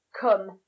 come